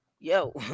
yo